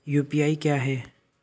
UPI क्या है?